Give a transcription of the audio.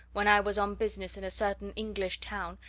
when i was on business in a certain english town,